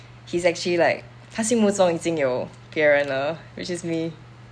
he's actually like 他心目中已经有别人了 which is me